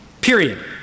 Period